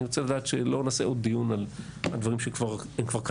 אני רוצה לדעת שלא נעשה עוד דיון על דברים שהם כבר קיימים.